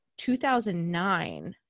2009